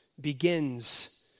begins